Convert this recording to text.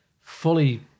fully